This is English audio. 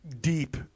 deep